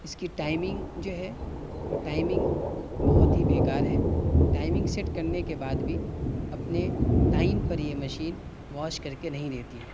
اس کی ٹائمنگ جو ہے وہ ٹائمنگ بہت ہی بے کار ہے ٹائمنگ سیٹ کر نے بعد بھی اپنے ٹائم پر یہ مشین واش کر کے نہیں دیتی ہے